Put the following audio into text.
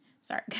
sorry